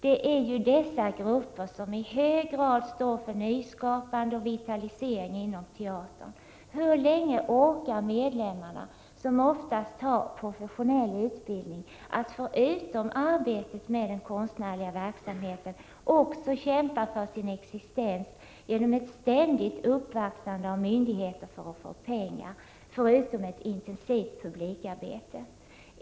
Det är ju dessa grupper som i hög grad står för nyskapande och vitalisering inom teatern. Hur länge orkar medlemmarna, som oftast har professionell utbildning, att vid sidan av arbetet med den konstnärliga verksamheten också kämpa för sin existens genom ett ständigt uppvaktande av myndigheter för att få pengar förutom ett intensivt publikarbete?